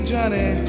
Johnny